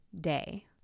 day